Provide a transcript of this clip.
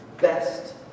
best